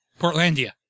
Portlandia